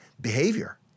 behavior